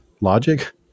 logic